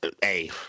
Hey